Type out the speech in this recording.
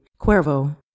Cuervo